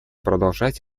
продолжать